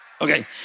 Okay